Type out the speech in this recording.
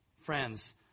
Friends